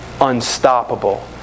Unstoppable